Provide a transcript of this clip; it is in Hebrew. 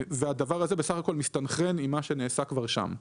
וזה בסך הכול מסונכרן עם מה שנעשה כבר שם.